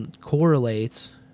correlates